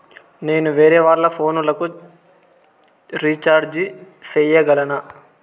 నేను వేరేవాళ్ల ఫోను లకు రీచార్జి సేయగలనా?